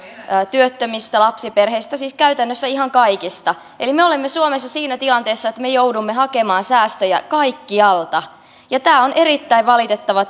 työttömistä lapsiperheistä siis käytännössä ihan kaikista eli me olemme suomessa siinä tilanteessa että me joudumme hakemaan säästöjä kaikkialta ja tämä on erittäin valitettava